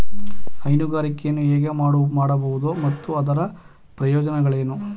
ಹೈನುಗಾರಿಕೆಯನ್ನು ಹೇಗೆ ಮಾಡಬಹುದು ಮತ್ತು ಅದರ ಪ್ರಯೋಜನಗಳೇನು?